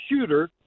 shooter